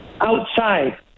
outside